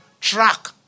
track